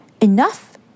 enough